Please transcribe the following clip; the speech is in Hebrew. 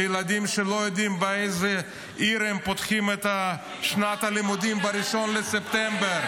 על ילדים שלא יודעים באיזה עיר הם פותחים את שנת הלימודים ב-1 בספטמבר.